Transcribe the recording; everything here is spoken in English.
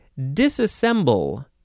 disassemble